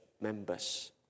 members